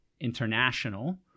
international